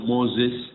Moses